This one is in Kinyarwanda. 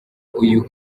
uyu